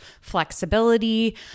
flexibility